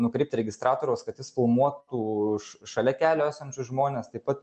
nukreipti registratoriaus kad jis filmuotų šalia kelio esančius žmones taip pat